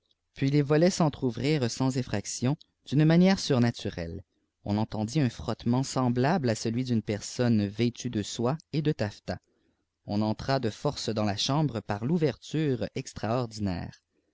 puis les volets s'entr ouvrirent sans effraction d'une manière surnaturelle on entendit un frottement semblable à celui d'une personne vêtue de soie et de taffetas on entra de force dans là chambre par l'ouverture extraordinaire